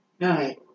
Right